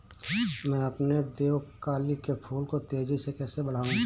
मैं अपने देवकली के फूल को तेजी से कैसे बढाऊं?